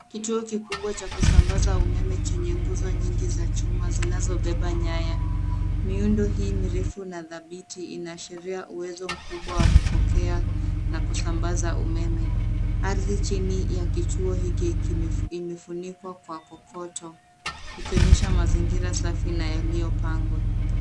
Kituo kikubwa cha kusambaza umeme chenye nguzo nyingi za chuma zinazobeba nyaya. Miundo hii mirefu na dhabiti inaashiria uwezo mkubwa wa kupokea na kusambaza umeme. Ardhi chini ya kituo hiki imefunikwa kwa kokoto ikionyesha mazingira safi na yaliyopangwa.